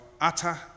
utter